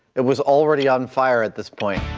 it was already on fire at this point.